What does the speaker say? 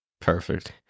Perfect